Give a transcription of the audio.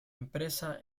empresa